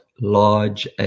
large